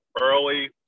early